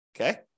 Okay